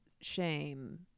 shame